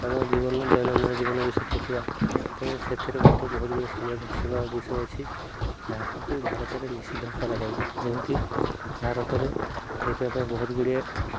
ଆମ ଜୀବନ ଦୈନନ୍ଦିନ ଜୀବନ ବିଷୟରେ ଲେଖିବା ତେଣୁ ସେଥିରେ ମଧ୍ୟ ବହୁତ ଗୁଡ଼ିଏ ସମ୍ବେଦନଶୀଳ ବିଷୟ ଅଛି ଯାହାକୁ କି ଭାରତରେ ନିଷିଦ୍ଧ କରାଯାଉଛି ଯେମିତି ଭାରତରେ ଲେଖିବା ପାଇଁ ବହୁତ ଗୁଡ଼ିଏ